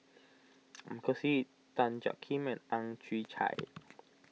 Michael Seet Tan Jiak Kim and Ang Chwee Chai